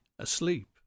Asleep